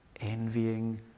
envying